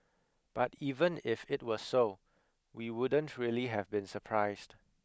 but even if it were so we wouldn't really have been surprised